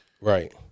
Right